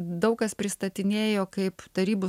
daug kas pristatinėjo kaip tarybų